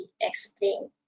explain